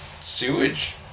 sewage